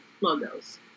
Logos